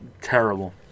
Terrible